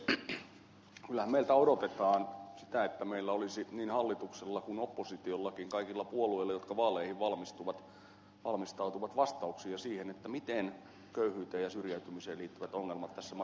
kyllähän meiltä odotetaan sitä että meillä niin hallituksella kuin oppositiollakin kaikilla puolueilla jotka vaaleihin valmistautuvat olisi vastauksia siihen miten köyhyyteen ja syrjäytymiseen liittyvät ongelmat tässä maassa poistetaan